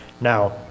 now